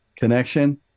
Connection